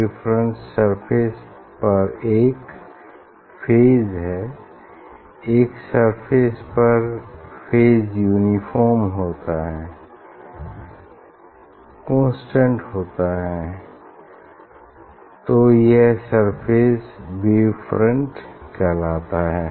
wave front surface पर एक phase है एक सरफेस पर फेज यूनिफार्म होता है कांस्टेंट होता है तो यह सरफेस वेव फ्रंट कहलाता है